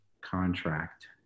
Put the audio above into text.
contract